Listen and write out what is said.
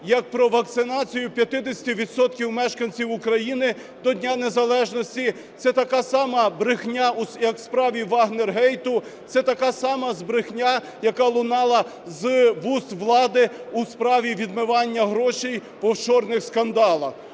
як про вакцинацію 50 відсотків мешканців України до Дня Незалежності. Це така сама брехня, як у справі "вагнергейту". Це така сама брехня, яка лунала з вуст влади у справі відмивання грошей по офшорних скандалах.